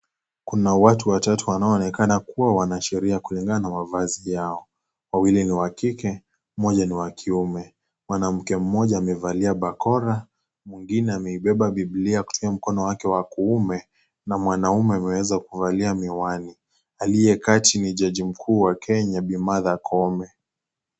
Kuna watu watatu wanaonekaba kuwa wana sheria kulingana na mavazi yao. Wawili ni wa kike mmoja ni wa kiume. Mwanamke mmoja amevalia bakora mwingine amebeba biblia katika mkono wake wa kiume na mwanaume ameuvalia miwani. Aliyekaa chini jaji mkuu wa kenya Bi Martha koome.